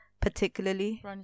particularly